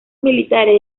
militantes